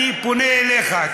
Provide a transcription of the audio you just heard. אני פונה אליך,